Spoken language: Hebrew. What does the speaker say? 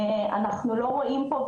אנחנו לא רואים פה.